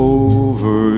over